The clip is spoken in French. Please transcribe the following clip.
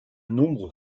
nombre